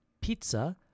pizza